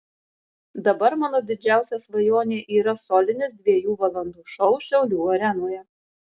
dabar mano didžiausia svajonė yra solinis dviejų valandų šou šiaulių arenoje